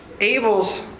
Abel's